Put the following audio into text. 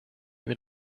and